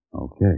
Okay